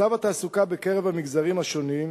מצב התעסוקה במגזרים השונים,